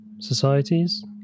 societies